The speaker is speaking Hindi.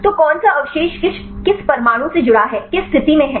तो कौन सा अवशेष किस परमाणु से जुड़ा है किस स्थिति में है